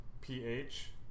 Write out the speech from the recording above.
PH